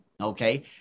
okay